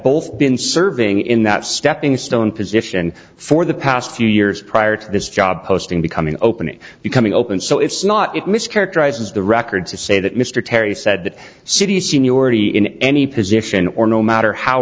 both been serving in that stepping stone position for the past few years prior to this job posting becoming opening becoming open so it's not it mischaracterizes the record to say that mr terry said that city seniority in any position or no matter how